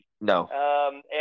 no